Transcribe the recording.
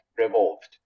revolved